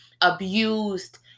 abused